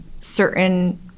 certain